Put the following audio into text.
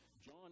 John